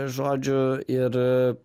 žodžiu ir